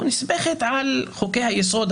היא נסמכת על חוקי היסוד,